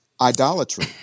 idolatry